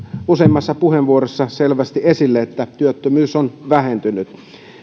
useammassa puheenvuorossa selvästi esille työttömyys on vähentynyt